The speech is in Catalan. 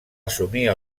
assumir